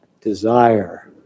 Desire